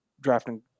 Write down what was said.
drafting